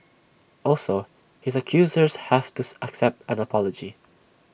also his accusers have to accept an apology